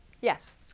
Yes